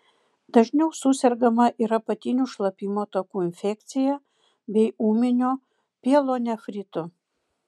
dažniau susergama ir apatinių šlapimo takų infekcija bei ūminiu pielonefritu